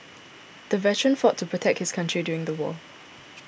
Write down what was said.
the veteran fought to protect his country during the war